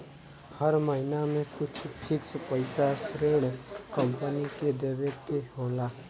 हर महिना में कुछ फिक्स पइसा ऋण कम्पनी के देवे के होला